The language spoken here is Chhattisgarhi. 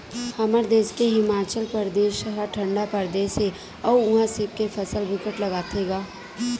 हमर देस के हिमाचल परदेस ह ठंडा परदेस हे अउ उहा सेब के फसल बिकट लगाथे गा